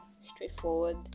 straightforward